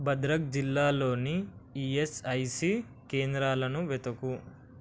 భద్రక్ జిల్లాలోని ఈఎస్ఐసి కేంద్రాలను వెతుకు